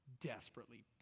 desperately